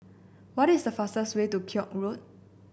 what is the fastest way to Koek Road